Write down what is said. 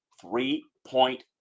three-point